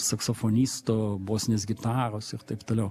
saksofonisto bosinės gitaros ir taip toliau